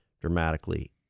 dramatically